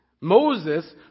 Moses